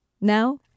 Now